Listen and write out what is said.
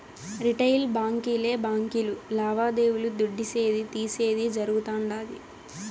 retail బాంకీలే బాంకీలు లావాదేవీలు దుడ్డిసేది, తీసేది జరగుతుండాది